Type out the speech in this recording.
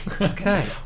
Okay